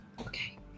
Okay